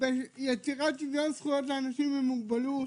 ביצירת שוויון זכויות לאנשים עם מוגבלות